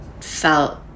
felt